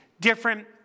different